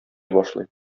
башлый